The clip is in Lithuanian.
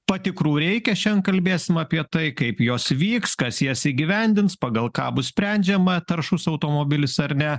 patikrų reikia šian kalbėsim apie tai kaip jos vyks kas jas įgyvendins pagal ką bus sprendžiama taršus automobilis ar ne